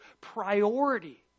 priority